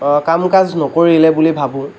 কাম কাজ নকৰিলে বুলি ভাবোঁ